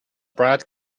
brad